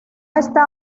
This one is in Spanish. está